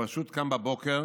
הוא פשוט קם בבוקר